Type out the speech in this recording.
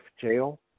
jail